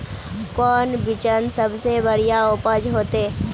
कौन बिचन सबसे बढ़िया उपज होते?